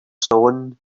stone